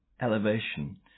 elevation